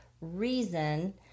reason